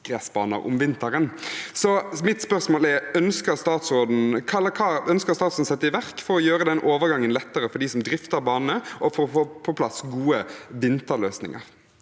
også om vinteren. Mitt spørsmål er: Hva ønsker statsråden å sette i verk for å gjøre den overgangen lettere for dem som drifter banene, og for å få på plass gode vinterløsninger?